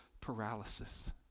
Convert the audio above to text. paralysis